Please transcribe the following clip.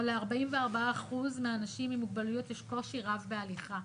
ל-44% מהאנשים עם מוגבלויות יש קושי רב בהליכה.